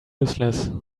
useless